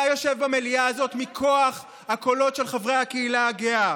אתה יושב במליאה הזאת מכוח הקולות של חברי הקהילה הגאה,